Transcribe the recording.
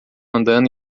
andando